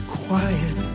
quiet